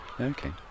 Okay